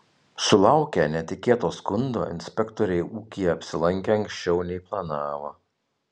sulaukę netikėto skundo inspektoriai ūkyje apsilankė anksčiau nei planavo